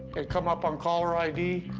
it'd come up on caller id.